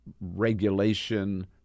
regulation